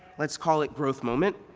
let's call it growth moment,